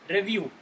Review